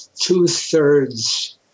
two-thirds